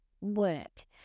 work